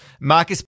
Marcus